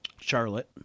Charlotte